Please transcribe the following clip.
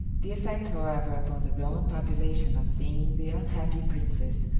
the effect, however, upon the roman population of seeing the unhappy princess,